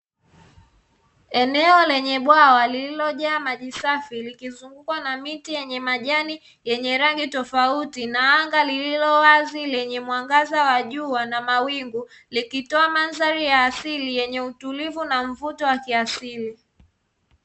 Eneo lenye bwawa lililojaa maji safi lililozungukwa na miti na majani ya rangi tofauti na anga lililowazi lenye mwangaza wa jua na mawingu, likitoa mandhari ya asili utulivu na mvuto wa kiasili.